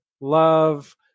love